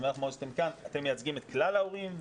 שמח מאוד שאתם כאן מייצגים את כלל ההורים?